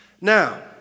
now